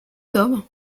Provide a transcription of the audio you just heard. tomes